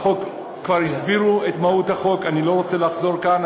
כבר הסבירו את מהות החוק, ואני לא רוצה לחזור כאן.